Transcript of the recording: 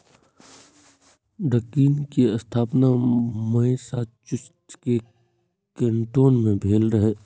Dunkin के स्थापना Massachusetts के कैन्टोन मे भेल रहै